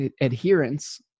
adherence